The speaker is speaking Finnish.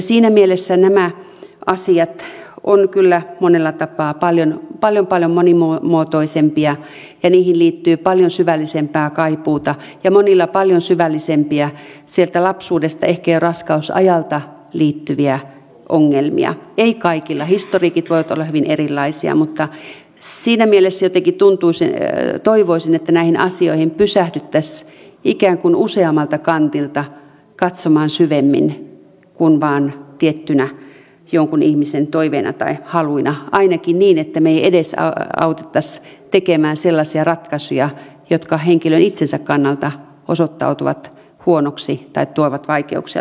siinä mielessä nämä asiat ovat kyllä monella tapaa paljon paljon monimuotoisempia ja niihin liittyy paljon syvällisempää kaipuuta ja monilla paljon syvällisempiä lapsuuteen ehkä jo raskausajalta liittyviä ongelmia ei kaikilla historiikit voivat olla hyvin erilaisia mutta siinä mielessä jotenkin toivoisin että näihin asioihin pysähdyttäisiin ikään kuin useammalta kantilta katsomaan syvemmin kuin vain tiettynä jonkun ihmisen toiveena tai haluna ainakin niin että me emme edesauttaisi tekemään sellaisia ratkaisuja jotka henkilön itsensä kannalta osoittautuvat huonoksi tai tuovat vaikeuksia tullessaan